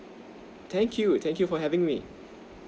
thank you thank you for having me